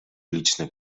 liczne